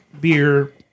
beer